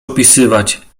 opisywać